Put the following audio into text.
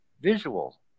visual